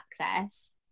access